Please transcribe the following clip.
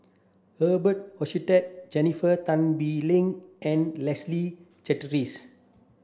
Hochstadt Jennifer Tan Bee Leng and Leslie Charteris